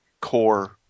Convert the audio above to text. core